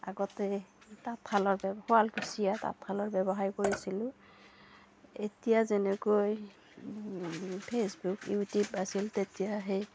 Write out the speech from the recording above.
আগতে তাঁতশালৰ শুৱালকুচীয়া তাঁতশালৰ ব্যৱসায় কৰিছিলোঁ এতিয়া যেনেকৈ ফেচবুক ইউটিউব আছিল তেতিয়া সেই